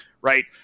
Right